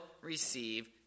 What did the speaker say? receive